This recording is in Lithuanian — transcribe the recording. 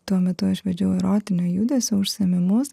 tuo metu aš vedžiau erotinio judesio užsiėmimus